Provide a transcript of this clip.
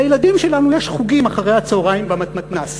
לילדים שלנו יש חוגים אחרי הצהריים במתנ"ס,